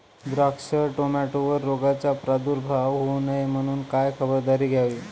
द्राक्ष, टोमॅटोवर रोगाचा प्रादुर्भाव होऊ नये म्हणून काय खबरदारी घ्यावी?